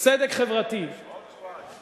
צדק חברתי, עוד שבועיים.